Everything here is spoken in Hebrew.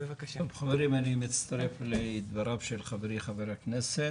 קודם אני מצטרף לדבריו של חברי חבר הכנסת,